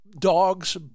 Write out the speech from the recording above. dogs